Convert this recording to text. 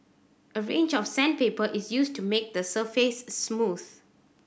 a range of sandpaper is used to make the surface smooth